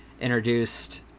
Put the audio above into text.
introduced